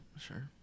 Sure